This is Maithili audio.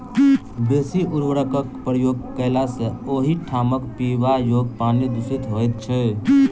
बेसी उर्वरकक प्रयोग कयला सॅ ओहि ठामक पीबा योग्य पानि दुषित होइत छै